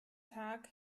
tag